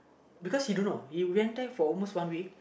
because he don't know he went there for almost one week